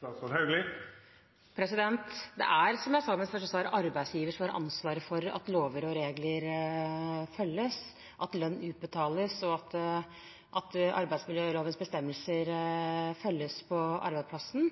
Det er, som jeg sa i mitt første svar, arbeidsgiveren som har ansvaret for at lover og regler følges, at lønn utbetales, og at arbeidsmiljølovens bestemmelser følges på arbeidsplassen.